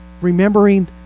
remembering